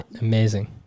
amazing